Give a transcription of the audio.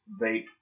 vape